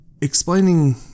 explaining